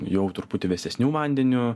jau truputį vėsesniu vandeniu